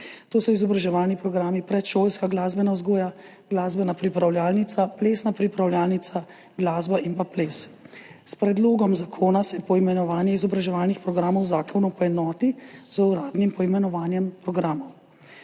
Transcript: To so izobraževalni programi: predšolska glasbena vzgoja, glasbena pripravljalnica, plesna pripravljalnica, glasba in ples. S predlogom zakona se poimenovanje izobraževalnih programov v zakonu poenoti z uradnim poimenovanjem programov.